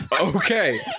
Okay